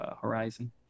Horizon